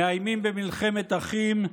מאיימים במלחמת אחים,